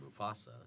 Mufasa